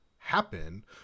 happen